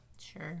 Sure